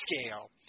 scale